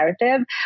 narrative